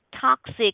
toxic